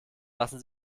lassen